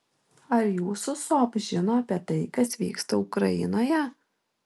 ar jūsų sop žino apie tai kas vyksta ukrainoje